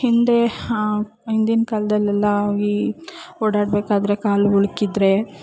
ಹಿಂದೆ ಹಿಂದಿನ ಕಾಲದಲ್ಲೆಲ್ಲ ಈ ಓಡಾಡಬೇಕಾದ್ರೆ ಕಾಲು ಉಳುಕಿದ್ರೆ